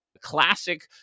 classic